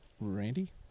Randy